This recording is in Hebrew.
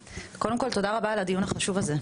קודם כל, תודה רבה על הדיון החשוב הזה.